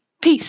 Peace